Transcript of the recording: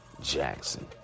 Jackson